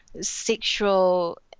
Sexual